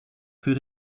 für